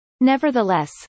Nevertheless